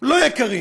לא יקרים,